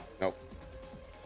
Nope